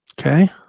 Okay